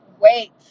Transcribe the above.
wait